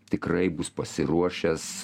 tikrai bus pasiruošęs